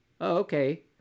okay